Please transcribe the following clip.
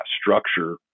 structure